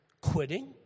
quitting